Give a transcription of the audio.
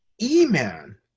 E-Man